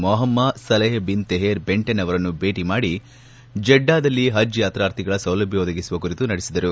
Mohammed Saleh bin Taher Benten ಅವರನ್ನು ಭೇಟಿ ಮಾಡಿ ಜಡ್ಡಾದಲ್ಲಿ ಹಜ್ ಯಾತ್ರಾರ್ಥಿಗಳ ಸೌಲಭ್ಯ ಒದಗಿಸುವ ಕುರಿತು ನಡೆಸಿದರು